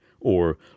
or